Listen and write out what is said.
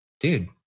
dude